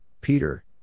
Peter